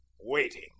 waiting